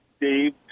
Dave